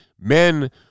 Men